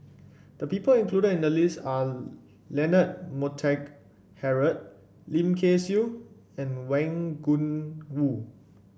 the people included in the list are Leonard Montague Harrod Lim Kay Siu and Wang Gungwu